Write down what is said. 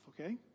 okay